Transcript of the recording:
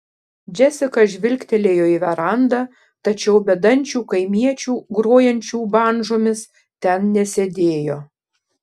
džesika žvilgtelėjo į verandą tačiau bedančių kaimiečių grojančių bandžomis ten nesėdėjo